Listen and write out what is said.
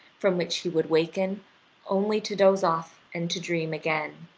from which he would awaken only to doze off and to dream again.